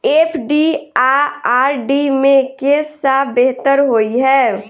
FD आ RD मे केँ सा बेहतर होइ है?